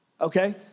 Okay